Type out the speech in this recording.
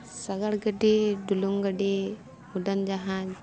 ᱥᱟᱜᱟᱲ ᱜᱟᱹᱰᱤ ᱰᱩᱞᱩᱝ ᱜᱟᱹᱰᱤ ᱩᱰᱟᱹᱱ ᱡᱟᱦᱟᱡ